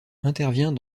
intervient